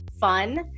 fun